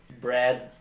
Brad